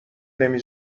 نمی